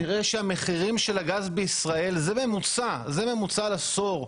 נראה שהמחירים של הגז בישראל, זה ממוצע על עשור,